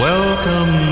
Welcome